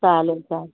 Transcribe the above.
चालेल चालेल